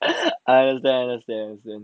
I get I get